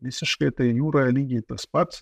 visiškai tai jūroje lygiai tas pats